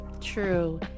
true